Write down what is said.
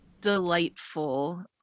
delightful